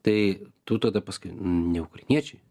tai tu tada pasakai ne ukrainiečiai